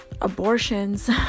abortions